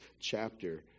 chapter